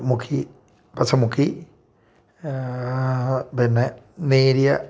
മുക്കി പശ മുക്കി പിന്നെ നേരിയ